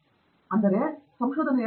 ಅರುಣ್ ಮುಂಚೆಯೇ ಹೇಳಿದಂತೆ ನೀವು ಮುಂದುವರೆಯಬೇಕು